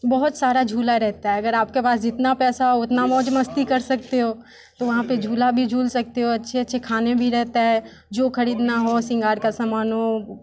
बहुत सारा झूला रहता है अगर आपके पास जितना पैसा उतना मौज मस्ती कर सकते हो तो वहाँ पे झूला भी झूल सकते हो अच्छे अच्छे खाने भी रहता है जो खरीदना हो श्रृंगार का समान हो